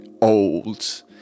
old